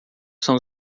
são